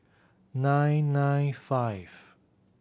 nine nine five